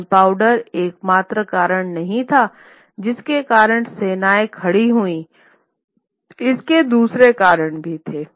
gunpowder एकमात्र कारण नहीं था जिसके कारण सेनाएँ खड़ी हुईं इसके दूसरे कारण भी थे